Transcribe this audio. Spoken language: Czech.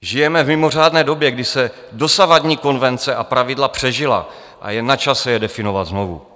Žijeme v mimořádné době, kdy se dosavadní konvence a pravidla přežily a je načase je definovat znovu.